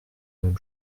même